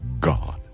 God